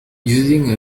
using